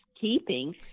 keeping